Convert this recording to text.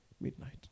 midnight